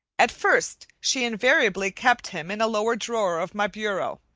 at first she invariably kept him in a lower drawer of my bureau.